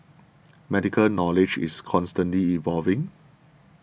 medical knowledge is constantly evolving